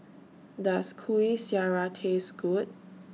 Does Kuih Syara Taste Good